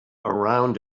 around